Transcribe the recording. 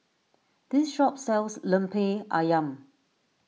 this shop sells Lemper Ayam